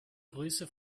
grüße